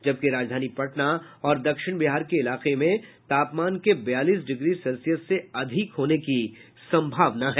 जबकि राजधानी पटना और दक्षिण बिहार के इलाके में तापमान के बयालीस डिग्री सेल्सियस से अधिक होने की संभावना है